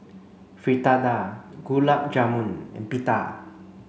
Fritada Gulab Jamun and Pita